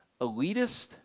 elitist